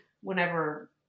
whenever